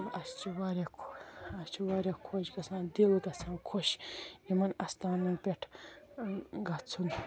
اسہِ چھِ واریاہ خۄ اسہِ چھِ واریاہ خۄش گَژھان دِل گَژھان خۄش یِمن اَستانَسن پٮ۪ٹھ گَژھُن